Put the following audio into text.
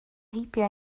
heibio